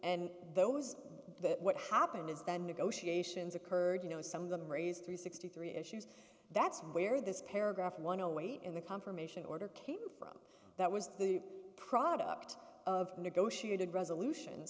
and those that what happened is that negotiations occurred you know some of them raised three sixty three issues that's where this paragraph one away in the confirmation order came from that was the product of negotiated resolution